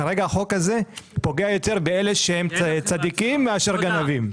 כרגע החוק הזה פוגע יותר באלה שהם צדיקים מאשר גנבים.